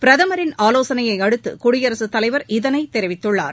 பிரதமரின் ஆலோசனையை அடுத்து குடியரசுத்தலைவர் இதனைத் தெரிவித்துள்ளார்